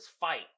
fight